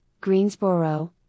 Greensboro